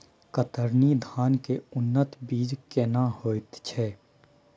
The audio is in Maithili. कतरनी धान के उन्नत बीज केना होयत छै?